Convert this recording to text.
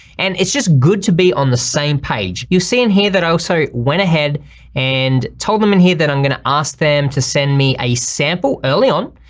and it's just good to be on the same page. you've see in here that i also went ahead and told them in here that i'm gonna ask them to send me a sample early on,